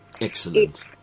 Excellent